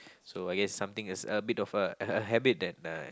so I guess something is a bit of a a habit that uh